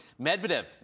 Medvedev